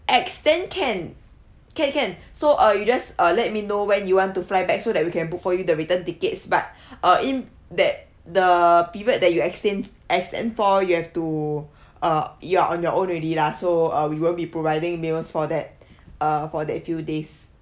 extend can can can so uh you just uh let me know when you want to fly back so that we can book for you the return tickets but uh in that the period that you extend extend for you have to uh you're on your own already lah so uh we won't be providing meals for that uh for that few days